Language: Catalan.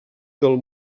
del